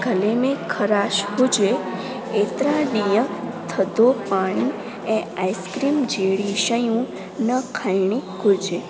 गले में ख़राश हुजे हेतिरा ॾींहं थधो पाणी ऐं आइस्क्रीम जहिड़ी शयूं न खाइणी घुरिजे